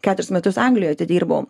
keturis metus anglijoj atidirbau